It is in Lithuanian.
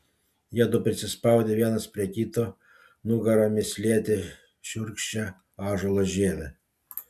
jiedu prisispaudė vienas prie kito nugaromis lietė šiurkščią ąžuolo žievę